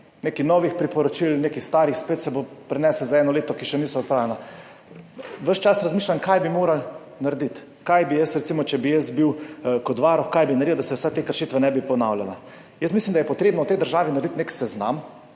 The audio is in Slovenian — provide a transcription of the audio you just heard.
Nekaj novih priporočil, nekaj starih, spet se bo preneslo za eno leto [tista], ki še niso odpravljena. Ves čas razmišljam, kaj bi morali narediti, kaj bi jaz, recimo če bi jaz bil varuh, naredil, da se vse te kršitve ne bi ponavljale. Mislim, da je potrebno v tej državi narediti nek seznam